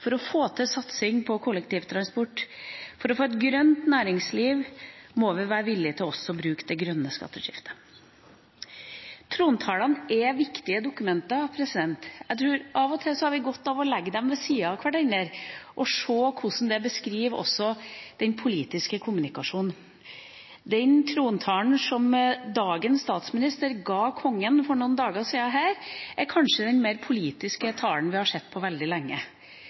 for å få til satsing på kollektivtransport og for å få et grønt næringsliv må vi være villige til også å bruke det grønne skatteskiftet. Trontalene er viktige dokumenter. Jeg tror at vi av og til har godt av å legge dem ved siden av hverandre og se hvordan det beskriver også den politiske kommunikasjonen. Den trontalen som dagens statsminister ga Kongen her for noen dager siden, er kanskje den mer politiske talen vi har sett på veldig lenge.